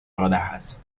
rodajas